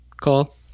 call